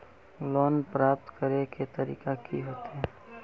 Loan प्राप्त करे के तरीका की होते?